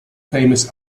famous